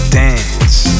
dance